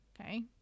Okay